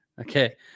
Okay